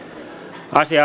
asia